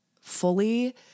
fully